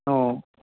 অ